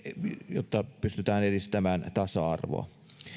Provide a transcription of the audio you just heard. jotta pystytään edistämään tasa arvoa